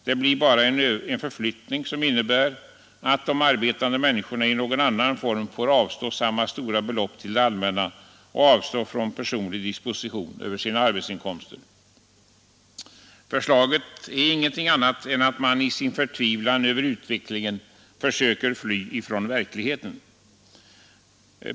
Det blir bara en förflyttning, som innebär att de arbetande människorna i någon annan form får avstå samma stora belopp till det allmänna och avstå från personlig disposition över sina arbetsinkomster. Förslaget betyder ingenting annat än att man i sin förtvivlan över utvecklingen försöker fly från verkligheten.